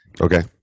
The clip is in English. okay